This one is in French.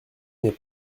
n’est